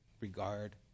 regard